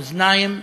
באוזניים.